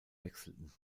wechselten